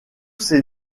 ces